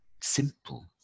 simple